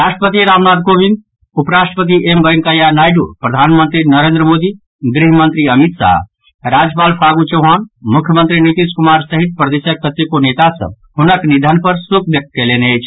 राष्ट्रपति रामनाथ कोविंद उपराष्ट्रपति एम वेंकैया नायडू प्रधानमंत्री नरेन्द्र मोदी गृह मंत्री अमित शाह राज्यपाल फागू चौहान मुख्यमंत्री नीतीश कुमार सहित प्रदेशक कतेको नेता सभ हुनक निधन पर शोक व्यक्त कयलनि अछि